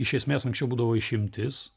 iš esmės anksčiau būdavo išimtis